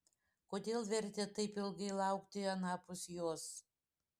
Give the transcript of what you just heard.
kodėl vertėt taip ilgai laukti anapus jos